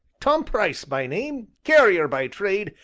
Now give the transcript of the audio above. tom price by name, carrier by trade,